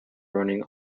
running